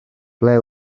ble